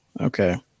Okay